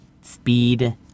speed